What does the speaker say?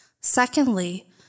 Secondly